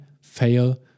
fail